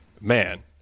man